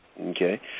Okay